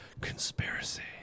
Conspiracy